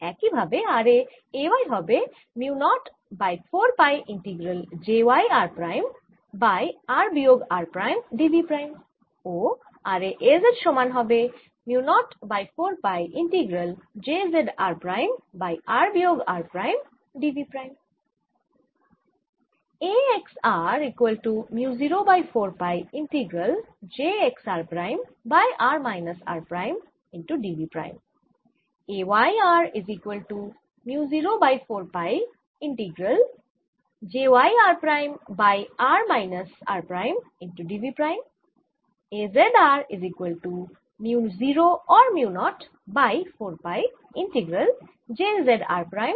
একইভাবে r এ A y হবে mu 0 by 4 pi integral j y r prime by r বিয়োগ r prime d v prime ও r এ A z সমান হবে mu 0 by 4 pi integral j z r prime by r বিয়োগ r prime d v prime